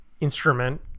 instrument